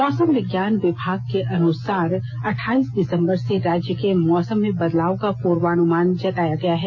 मौसम विज्ञान विभाग ने अठाइस दिसंबर से राज्य के मौसम में बदलाव का पूर्वानुमान जताया है